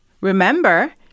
Remember